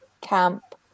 camp